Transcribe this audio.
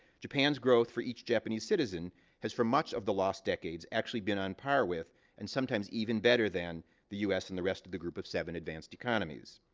japan's growth for each japanese citizen has, for much of the lost decades, actually been on par with and, sometimes, even better than the us and the rest of the group of seven advanced economies.